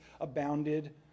abounded